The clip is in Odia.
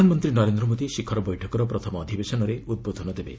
ପ୍ରଧାନମନ୍ତ୍ରୀ ନରେନ୍ଦ୍ର ମୋଦି ଶିଖର ବୈଠକର ପ୍ରଥମ ଅଧିବେଶନରେ ଉଦ୍ବୋଧନ ଦେବେ